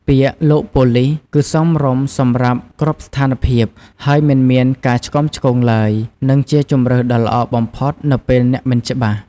ពាក្យ "លោកប៉ូលិស" គឺសមរម្យសម្រាប់គ្រប់ស្ថានភាព ហើយមិនមានការឆ្គាំឆ្គងឡើយ និងជាជម្រើសដ៏ល្អបំផុតនៅពេលអ្នកមិនច្បាស់។